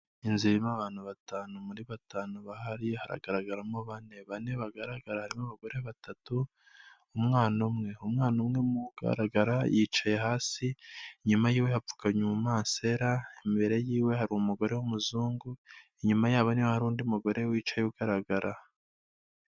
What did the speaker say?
Inzira irimo abantu batanu. Muri batanu bahari hagaragaramo bane. Bane bagaragara harimo abagore batatu, umwana umwe. Umwana umwe ugaragara yicaye hasi, inyuma ye hapfukamye umumasera, imbere yiwe hari umugore w'umuzungu, inyuma yabo ni ho hari undi mugore wicaye ugaragara.